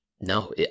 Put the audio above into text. no